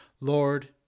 Lord